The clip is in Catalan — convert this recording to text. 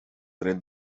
dret